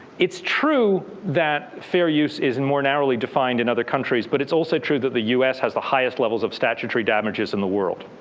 it's true that fair use is and more narrowly defined in other countries. but it's also true that the us has the highest levels of statutory damages in the world.